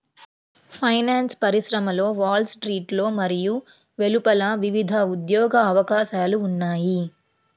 finance పరిశ్రమలో Wall స్ట్రీట్లో మరియు వెలుపల వివిధ ఉద్యోగ అవకాశాలు ఉన్నాయి